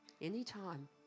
Anytime